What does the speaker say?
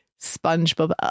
SpongeBob